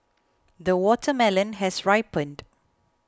the watermelon has ripened